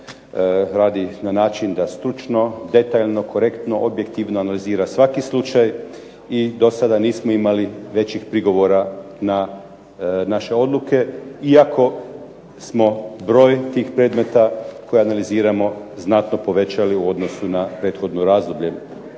radi na način da stručno, detaljno, korektno, objektivno analizira svaki slučaj i do sada nismo imali većih prigovora na naše odluke, iako smo broj tih predmeta koje analiziramo znatno povećali u odnosu na prethodno razdoblje.